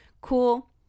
cool